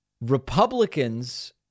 Republicans